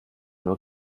nur